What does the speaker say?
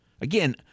Again